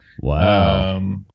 Wow